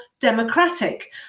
democratic